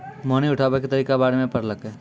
मोहिनी उठाबै के तरीका बारे मे पढ़लकै